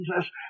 Jesus